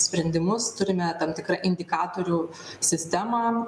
sprendimus turime tam tikrą indikatorių sistemą